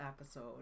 episode